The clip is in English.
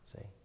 See